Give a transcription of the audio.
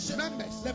members